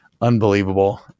Unbelievable